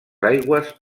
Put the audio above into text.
aigües